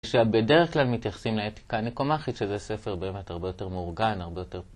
שבדרך כלל מתייחסים לאתיקה נקומחית, שזה ספר באמת הרבה יותר מאורגן, הרבה יותר...